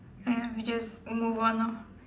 and ya we just move on lor